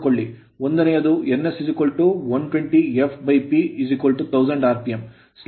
ಒಂದನೆಯದು nS120 fP 1000 rpm slip slip s nS - nnS ಪಡೆಯುತ್ತೇವೆ